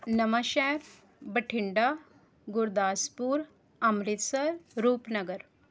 Nawanshahr Bathinda Gurdaspur Amritsar Rupnagar